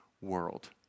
world